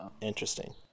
Interesting